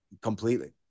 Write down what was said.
Completely